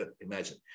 imagine